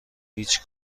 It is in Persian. هیچ